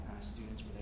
students